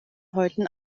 häuten